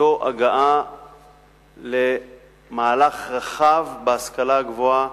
שתכליתו הגעה למהלך רחב בהשכלה הגבוהה,